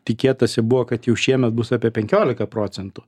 tikėtasi buvo kad jau šiemet bus apie penkiolika procentų